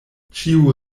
ĉiu